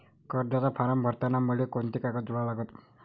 कर्जाचा फारम भरताना मले कोंते कागद जोडा लागन?